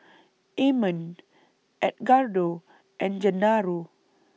Amon Edgardo and Gennaro